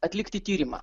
atlikti tyrimą